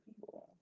people